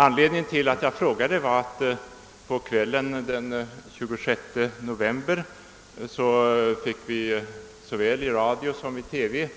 Anledningen till att jag framställde min fråga var att vi på kvällen den 26 november i radio och TV fick